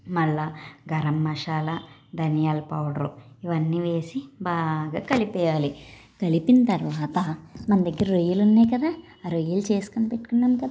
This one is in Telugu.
మళ్ళీ గరం మసాల ధనియాల పౌడర్ ఇవన్నీ వేసి బాగా కలిపేయాలి కలిపిన తరువాత మన దగ్గర రొయ్యలు ఉన్నాయి కదా ఆ రొయ్యలు చేసుకొని పెట్టుకున్నాం కదా